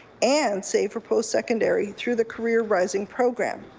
and save for post secondary through the career rising program.